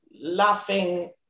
laughing